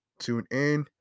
TuneIn